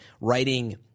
writing